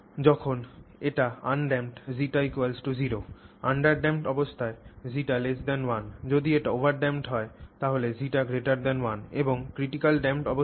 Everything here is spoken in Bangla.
যখন এটি আনড্যাম্পড ζ 0 আন্ডারড্যাম্পড অবস্থায় ζ 1 যদি এটি ওভারড্যাম্পড ζ 1 এবং ক্রিটিকালি ড্যাম্পড অবস্থায় ζ 1